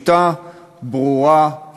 שלכם אל מול הטרור המתגבר ביהודה ושומרון?